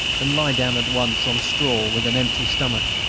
than lie down at once on straw with an empty stomach.